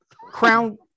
crown